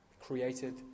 created